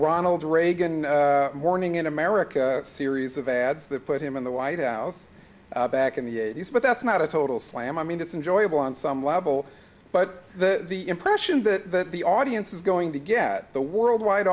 ronald reagan morning in america series of ads that put him in the white house back in the eighty's but that's not a total slam i mean it's enjoyable on some level but the impression that the audience is going to get the worldwide